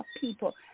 people